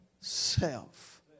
self